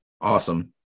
Awesome